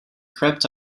crept